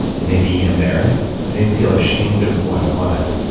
it made me embarrassed. i didn't feel ashamed of who i was,